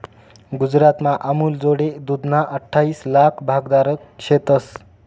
गुजरातमा अमूलजोडे दूधना अठ्ठाईस लाक भागधारक शेतंस